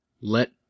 Let